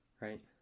Right